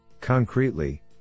Concretely